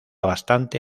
bastante